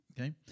okay